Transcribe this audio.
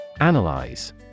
Analyze